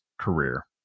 career